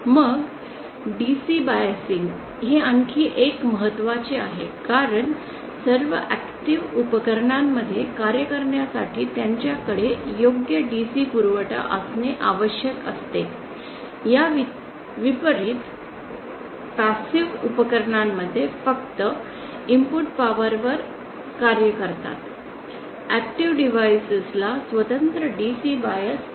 मग DC biasing हे आणखी एक महत्त्वाचे आहे कारण सर्व ऍक्टिव्ह उपकरणांमध्ये कार्य करण्यासाठी त्यांच्याकडे योग्य DC पुरवठा असणे आवश्यक असते या विपरीत उपकरणांमध्ये फक्त इनपुट पॉवर वर कार्य करतात ऍक्टिव्ह डिव्हाइस ला स्वतंत्र DC बायस आवश्यक आहे